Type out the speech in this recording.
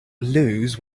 lose